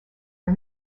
are